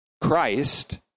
Christ